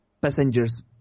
passengers